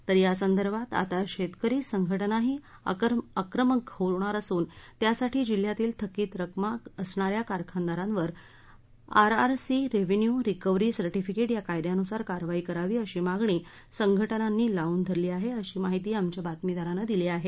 तर या संदर्भात आता शेतकरी संघटना ही आक्रमक होणार असून त्यासाठी जिल्ह्यातील थकीत रक्कमा असणाऱ्या कारखानदारावर आरआरसी रिव्हेन्यू रिकव्हरी सर्टिफिकेट या कायद्यानुसार कारवाई करावी अशी मागणी संधटनानी लावून धरली आहे अशी माहिती आमच्या बातमीदारानं दिली आहे